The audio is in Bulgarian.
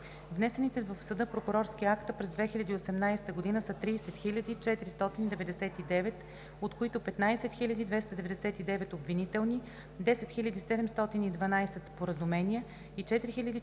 Внесените в съда прокурорски акта през 2018 г. са 30 499, от които 15 299 обвинителни, 10 712 споразумения и 4488